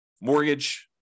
mortgage